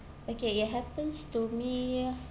okay it happens to me